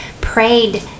prayed